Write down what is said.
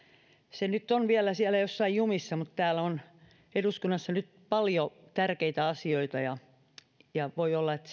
se nyt on vielä siellä jossain jumissa täällä on eduskunnassa nyt paljon tärkeitä asioita ja ja voi olla että